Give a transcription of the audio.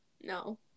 no